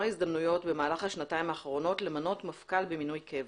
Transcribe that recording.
הזדמנויות במהלך השנתיים האחרונות למנות מפכ"ל במינוי קבע.